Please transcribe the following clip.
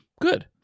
good